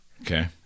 Okay